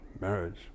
marriage